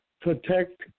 protect